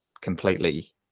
completely